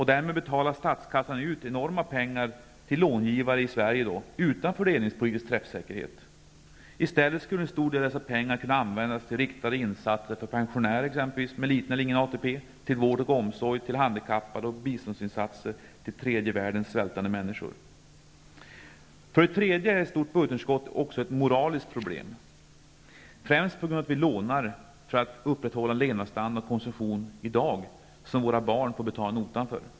Därmed betalar statskassan ut enorma pengar till långivare i Sverige utan fördelningspolitisk träffsäkerhet. I stället skulle en stor del av dessa pengar kunna användas till riktade insatser för exempelvis pensionärer med liten eller ingen ATP, till vård och omsorg, till handikappade och till biståndsinsatser för tredje världens svältande människor. För det tredje är ett stort budgetunderskott också ett moraliskt problem, främst på grund av att vi i dag lånar för att upprätthålla en levnadsstandard och en konsumtion som våra barn får betala notan för.